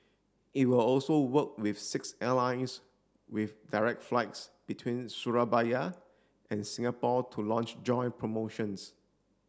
it will also work with six airlines with direct flights between Surabaya and Singapore to launch joint promotions